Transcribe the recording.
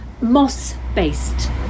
moss-based